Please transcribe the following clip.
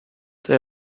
they